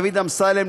דוד אמסלם,